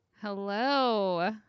Hello